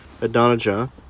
Adonijah